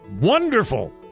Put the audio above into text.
wonderful